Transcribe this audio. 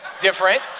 different